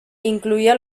incluía